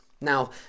Now